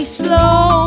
slow